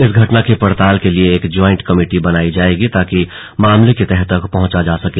इस घटना की पड़ताल के लिए एक ज्वाइंट कमेटी बनाई जाएगी ताकि मामले की तह तक पहुंचा जा सके